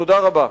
תודה רבה.